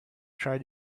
try